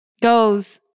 goes